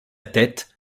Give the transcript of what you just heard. tête